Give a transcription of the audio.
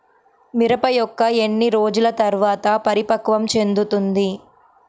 మిరప మొక్క ఎన్ని రోజుల తర్వాత పరిపక్వం చెందుతుంది?